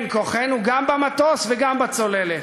כן, כוחנו גם במטוס וגם בצוללת,